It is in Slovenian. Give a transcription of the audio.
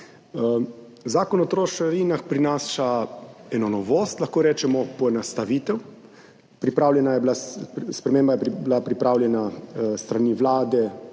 Zakon o trošarinah prinaša eno novost, lahko rečemo poenostavitev. Sprememba je bila pripravljena s strani Vlade,